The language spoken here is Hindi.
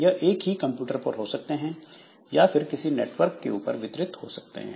यह एक ही कंप्यूटर पर हो सकते हैं या फिर किसी नेटवर्क में वितरित भी हो सकते हैं